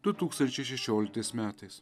du tūkstančiai šešioliktais metais